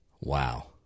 Wow